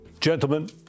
Gentlemen